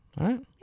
right